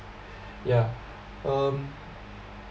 yeah um